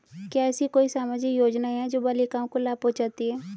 क्या ऐसी कोई सामाजिक योजनाएँ हैं जो बालिकाओं को लाभ पहुँचाती हैं?